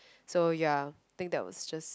so ya I think that was just